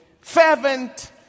fervent